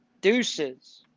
Deuces